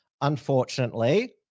unfortunately